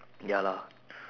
ya lah